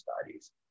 studies